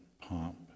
Pomp